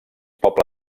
poble